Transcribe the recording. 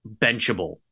benchable